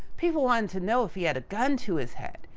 people wanted to know if he had a gun to his head.